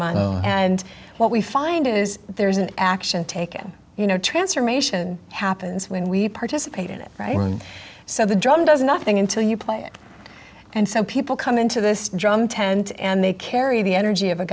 month and what we find is there's an action taken you know transformation happens when we participate in it right so the job does nothing until you play it and so people come into this john tent and they carry the energy of a